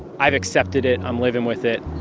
i've accepted it. i'm living with it.